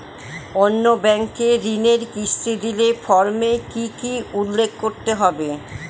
অন্য ব্যাঙ্কে ঋণের কিস্তি দিলে ফর্মে কি কী উল্লেখ করতে হবে?